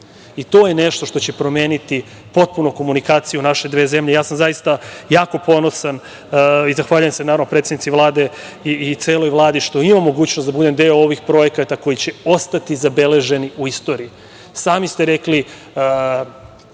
je nešto što će promeniti potpunu komunikaciju naše dve zemlje. Ja sam zaista jako ponosan i zahvaljujem se naravno predsednici Vlade i celoj Vladi što ima mogućnost da budem deo ovih projekata koji će ostati zabeleženi u istoriji. Sami ste rekli,